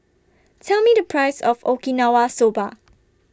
Tell Me The Price of Okinawa Soba